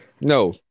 no